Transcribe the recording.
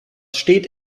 steht